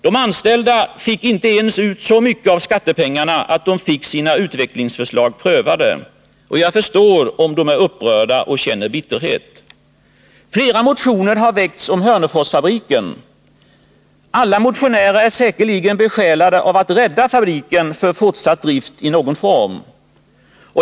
De anställda fick inte ens ut så mycket av skattepengarna att de fick sina utvecklingsförslag prövade. Jag förstår om de är upprörda och känner bitterhet. Flera motioner har väckts om Hörneforsfabriken. Alla motionärer är säkerligen besjälade av en önskan att rädda fabriken för fortsatt drift i någon form.